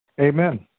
Amen